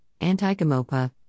Anti-Gamopa